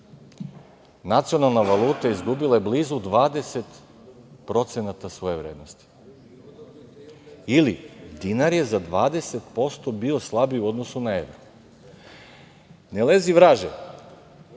Nacionalna valuta je izgubila blizu 20% svoje vrednosti, ili – dinar je za 20% bio slabiji u odnosu na evro. Ne lezi vraže,